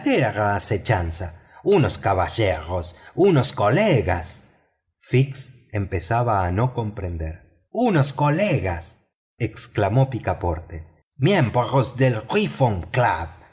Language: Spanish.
verdadera asechanza unos caballeros unos colegas fix empezaba a no comprender unos colegas exclamó picaporte miembros del reform club